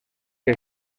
que